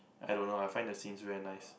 I don't know I find the scenes very nice